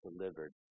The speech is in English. delivered